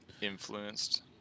influenced